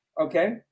Okay